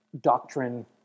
doctrine-